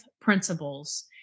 principles